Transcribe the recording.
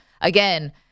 Again